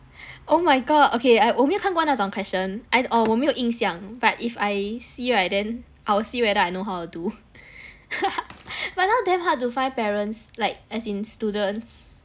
oh my god okay I 我没有看过那种 question I or 我没有印象 but if I see right then I will see whether I know how to do but now damn hard to find parents like as in students